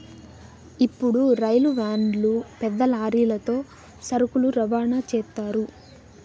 ఇప్పుడు రైలు వ్యాన్లు పెద్ద లారీలతో సరుకులు రవాణా చేత్తారు